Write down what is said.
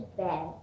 bed